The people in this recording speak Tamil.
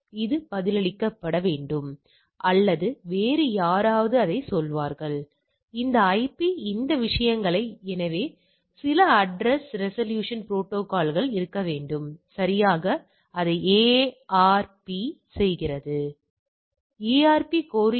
இப்போது சில பணி நேரங்களில் சில தோல்விகள் சில பணி நேரங்களில் சில வெற்றிகள் ஆகியவற்றை நீங்கள் காணலாம் காலை பணி நேரம் பின்னர் மாலை பணி நேரம் இரவு பணி நேரம்